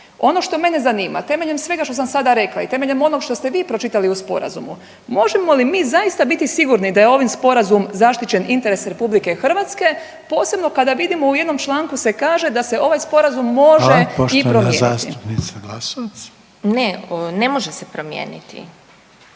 Ono što mene zanima, temeljem svega što sam sada rekla i temeljem onog što ste vi pročitali u Sporazumu, možemo li mi zaista biti sigurni da je ovim Sporazumom zaštićen interes Republike Hrvatske, posebno kada vidimo u jednom članku se kaže da se ovaj Sporazum može i promijeniti. **Reiner, Željko